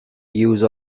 use